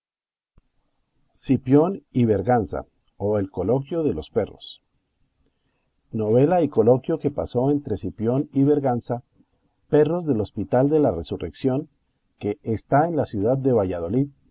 cipión y berganza o el coloquio de los perros novela y coloquio que pasó entre cipión y berganza perros del hospital de la resurrección que está en la ciudad de valladolid